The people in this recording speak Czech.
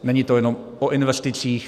Není to jenom o investicích.